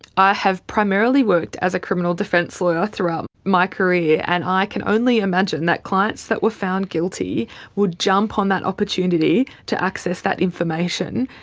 i have primarily worked as a criminal defence lawyer throughout my career, and i can only imagine that clients that were found guilty would jump on that opportunity to access that information,